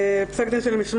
היה פסק דין של משמורת,